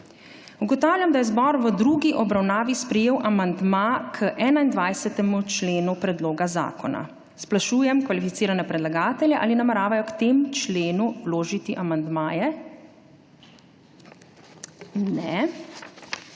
Ugotavljam, da je zbor v drugi obravnavi sprejel amandma k 21. členu predloga zakona. Sprašujem kvalificirane predlagatelje, ali nameravajo k temu členu vložiti amandmaje. Ne.